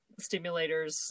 stimulators